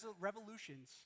revolutions